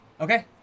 Okay